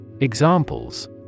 Examples